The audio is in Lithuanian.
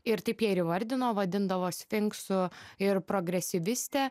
ir taip ją ir įvardino vadindavo sfinksu ir progresyviste